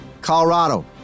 Colorado